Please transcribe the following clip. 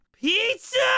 Pizza